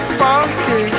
funky